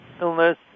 illness